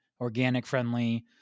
organic-friendly